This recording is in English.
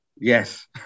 Yes